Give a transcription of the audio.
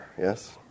yes